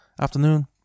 afternoon